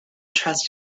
trust